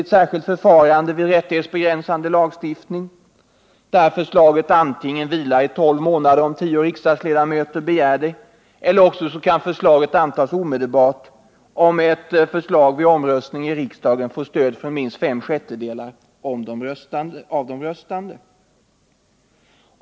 ett särskilt förfarande vid rättighetsbegränsande lagstiftning, där förslaget antingen vilar itolv månader om tio riksdagsledamöter begär det eller kan antas omedelbart om det vid omröstning i riksdagen får stöd från minst fem sjättedelar av de röstande.